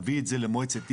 להביא את זה למועצת עיר,